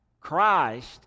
Christ